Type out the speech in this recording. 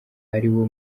ariwo